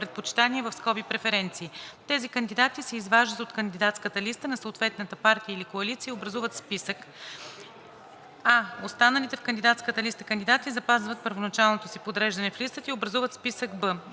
А. Останалите в кандидатската листа кандидати запазват първоначалното си подреждане в листата и образуват списък Б.